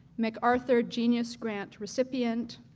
macarthur genius grant recipient,